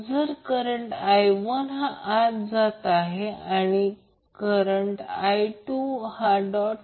तर त्या बाबतीत XL हे L ω 1 असेल आणि XC हे 1ω 1 C असेल